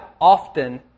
often